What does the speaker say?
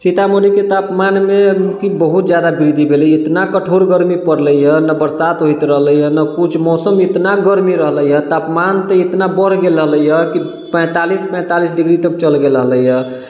सीतामढ़ीके तापमानमे अबकी बहुत जादा वृद्धि भेलै इतना कठोर गरमी पड़लैया नहि बरसात होइत रहलैया किछु मौसम इतना गरमी रहलैया तापमान तऽ इतना बढ़ गेल रहलैया कि पैतालिस पैतालिस डिग्री तक चलि गेल रहलैया